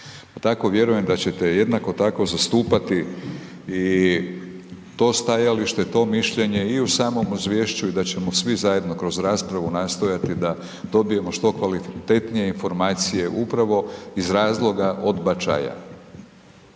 Tako vjerujem, da ćete jednako tako zastupati i to stajalište, to mišljenje, i u samom izvješću i da ćemo svi zajedno kroz raspravu nastojati da dobijemo što kvalitetnije informacije upravo iz razloga odbačaja.